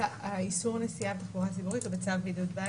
איסור נסיעה בתחבורה ציבורית הוא בצו בידוד בית,